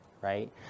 right